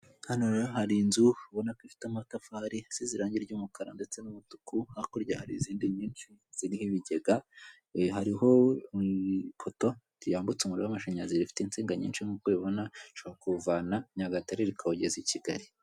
Hano rero hari inzu ubona ko ifite amatafari isize irangi ry'umukara ndetse n'umutuku hakurya hari izindi nyinshi ziriho ibigega, hariho ipoto ryambutse umuriro w'amashanyazi rifite insinga nyinshi nk'uko ubibona rishobora kuwuvana Nyagatare rikawugeza i Kigali.